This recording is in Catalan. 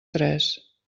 tres